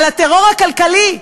על הטרור הכלכלי,